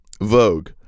vogue